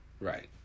Right